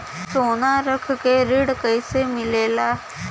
सोना रख के ऋण कैसे मिलेला?